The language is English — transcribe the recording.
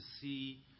see